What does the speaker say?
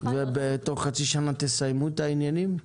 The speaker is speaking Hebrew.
ובתוך חצי שנה תסיימו את העניינים?